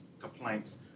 complaints